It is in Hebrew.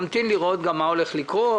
נמתין לראות מה הולך לקרות,